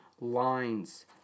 lines